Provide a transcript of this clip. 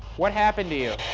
what happened to you?